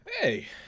Hey